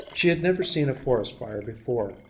she had never seen a forest fire before.